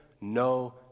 no